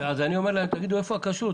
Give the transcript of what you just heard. איפה הכשרות?